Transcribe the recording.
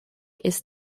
ist